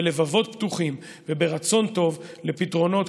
בלבבות פתוחים וברצון טוב לפתרונות,